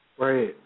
Right